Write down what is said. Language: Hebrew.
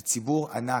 זה ציבור ענק.